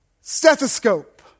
stethoscope